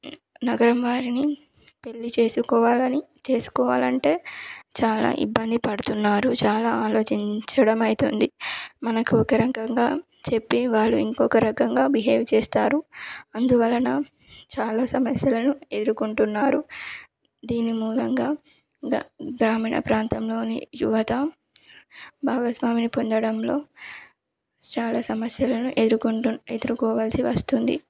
నగరం వారిని పెళ్ళి చేసుకోవాలని చేసుకోవాలంటే చాలా ఇబ్బంది పడుతున్నారు చాలా ఆలోచించడం అవుతుంది మనకు ఒకరకంగా చెప్పి వాళ్ళు ఇంకొక రకంగా బిహేవ్ చేస్తారు అందువలన చాలా సమస్యలను ఎదుర్కొంటున్నారు దీని మూలంగా గ్ర గ్రామీణ ప్రాంతంలోని యువత భాగస్వామిని పొందడంలో చాలా సమస్యలను ఎదుర్కొంటు ఎదుర్కోవాల్సి వస్తుంది